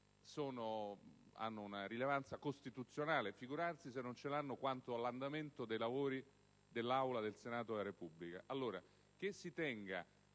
hanno una rilevanza costituzionale e figurarsi se non ce l'hanno quanto all'andamento dei lavori dell'Aula del Senato della Repubblica.